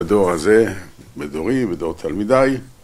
בדור הזה, בדורי, בדור תלמידיי